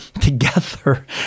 together